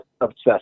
obsessed